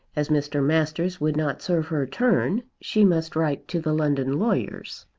as mr. masters would not serve her turn she must write to the london lawyers.